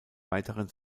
weiteren